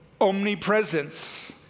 omnipresence